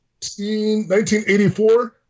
1984